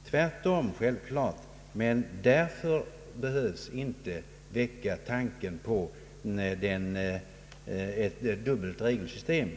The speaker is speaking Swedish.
givetvis anser jag att det är bra och på sin plats. Men det är därför inte nödvändigt att väcka tanken på ett dubbelt regelsystem.